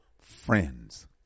friends